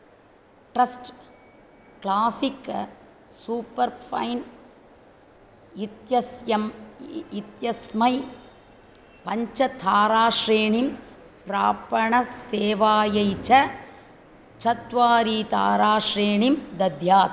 trust classic super fan इत्यस्यम् इत्यस्मै पञ्चताराश्रेणिम् प्रापणसेवायै च चत्वारिताराश्रेणीं दद्यात्